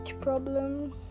problem